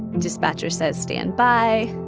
dispatcher says, standby.